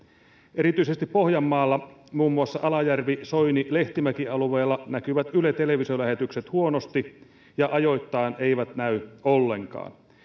erityisesti pohjanmaalla muun muassa alajärvi soini lehtimäki alueella näkyvät ylen televisiolähetykset huonosti ja ajoittain eivät näy ollenkaan